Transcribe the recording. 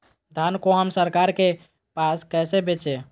धान को हम सरकार के पास कैसे बेंचे?